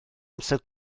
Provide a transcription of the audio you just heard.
amser